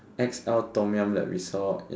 X L Tom-Yum that we saw